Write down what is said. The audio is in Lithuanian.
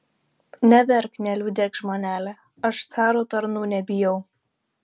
neverk neliūdėk žmonele aš caro tarnų nebijau